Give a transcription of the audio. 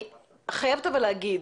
אני חייבת להגיד,